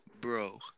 bro